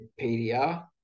PDR